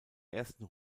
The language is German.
ersten